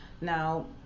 Now